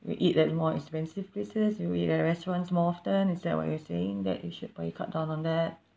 you eat at more expensive places you eat at a restaurants more often is that what you're saying that you should probably cut down on that